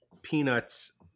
peanuts